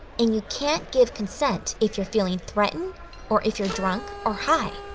and you can't give consent if you're feeling threatened or if you're drunk or high.